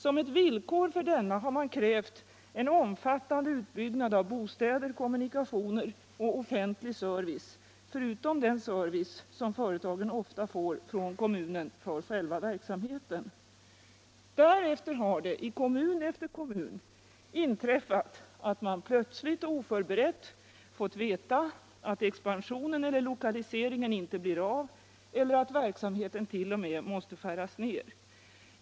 Som ett villkor för denna har man krävt en omfattande utbyggnad av bostäder, kommunikationer och offentlig service förutom den service företagen ofta får från kommunen för själva verksamheten. Därefter har det, i kommun efter kommun, inträffat att man plötsligt och oförberett fått veta att expansionen eller lokaliseringen inte blir av eller att verksamheten t.o.m. måste skäras ned.